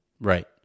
Right